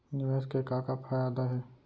निवेश के का का फयादा हे?